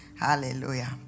Hallelujah